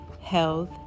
health